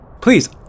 Please